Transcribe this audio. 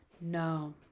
No